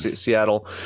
Seattle